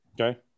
Okay